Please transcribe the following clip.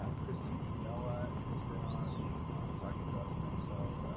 ah kristin comela has been on talking about stem cells.